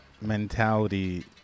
mentality